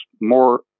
more